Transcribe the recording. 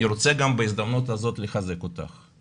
אני רוצה גם בהזדמנות הזאת לחזק אותך,